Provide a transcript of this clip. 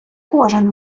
кожен